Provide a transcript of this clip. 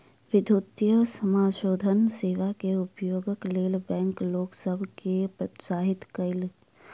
विद्युतीय समाशोधन सेवा के उपयोगक लेल बैंक लोक सभ के प्रोत्साहित कयलक